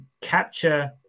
capture